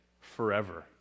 forever